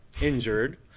injured